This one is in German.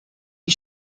die